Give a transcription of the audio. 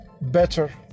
better